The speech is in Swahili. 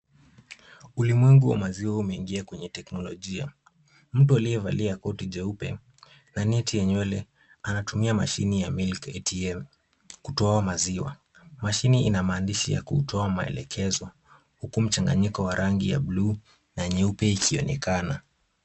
Ulimwengu wa maziwa umeingia kwenye teknolojia. Mtu aliyevalia koti jeupe na neti ya nywele anatumia mashini ya milk ATM , kutoa mziwa. Mashini ina maandishi ya kutoa maelekezo . Huku mchanganyiko wa rangi ya bluu na nyeupe ikionekana.